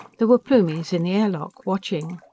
there were plumies in the air lock, watching.